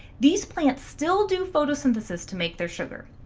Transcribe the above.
these plants still do photosynthesis to make their sugar.